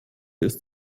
ist